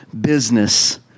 business